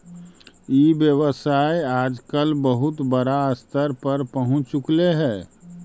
ई व्यवसाय आजकल बहुत बड़ा स्तर पर पहुँच चुकले हइ